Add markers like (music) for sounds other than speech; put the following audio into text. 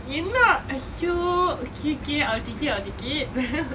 you know !aiyo! okay okay I'll take it I'll take it (laughs)